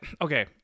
okay